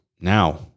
Now